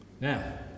now